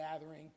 gathering